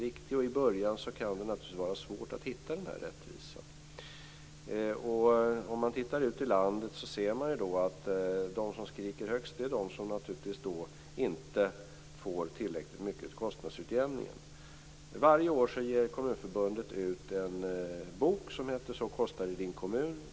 I början kan det naturligtvis vara svårt att hitta rättvisa. Om man ser ut i landet ser man att de som skriker högst är de som inte får tillräckligt mycket i kostnadsutjämningen. Varje år ger Kommunförbundet ut en bok som heter Så kostar det i din kommun.